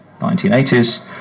1980s